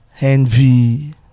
envy